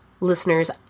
listeners